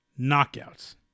knockouts